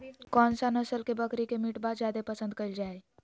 कौन सा नस्ल के बकरी के मीटबा जादे पसंद कइल जा हइ?